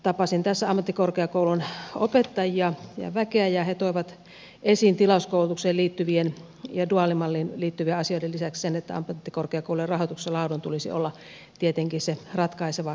tapasin tässä ammattikorkeakoulun opettajia ja väkeä ja he toivat esiin tilauskoulutukseen ja duaalimalliin liittyvien asioiden lisäksi sen että ammattikorkeakoulujen rahoituksessa laadun tulisi olla tietenkin se ratkaiseva kriteeri